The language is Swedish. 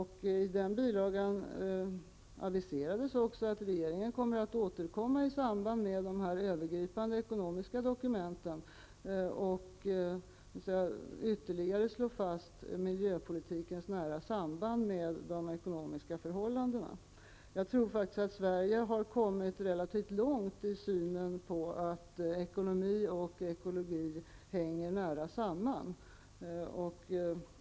I den bilagan aviserades också att regeringen kommer att återkomma i samband med de övergripande ekonomiska dokumenten och ytterligare slå fast miljöpolitikens nära samband med de ekonomiska förhållandena. Jag tror att Sverige har kommit relativt långt när det gäller insikten om att ekonomi och ekologi hänger nära samman.